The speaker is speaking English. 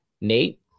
Nate